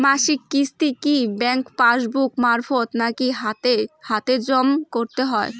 মাসিক কিস্তি কি ব্যাংক পাসবুক মারফত নাকি হাতে হাতেজম করতে হয়?